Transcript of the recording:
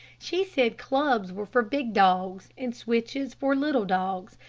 she said clubs were for big dogs and switches for little dogs,